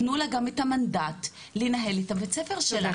תנו לה גם את המנדט לנהל את בית-הספר שלה.